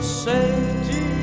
safety